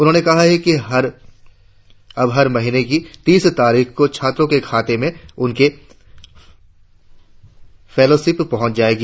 उन्होंने कहा कि अब हर महीने की तीस तारीख को छात्रों के खाते में उनकी फेलोशिप पहूंच जायेगी